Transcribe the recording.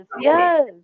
yes